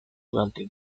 durante